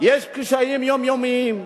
יש קשיים יומיומיים,